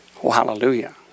hallelujah